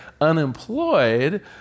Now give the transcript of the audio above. unemployed